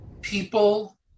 people